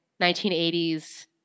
1980s